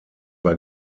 war